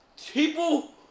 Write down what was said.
people